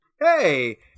Hey